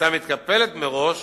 והיתה מתקפלת מראש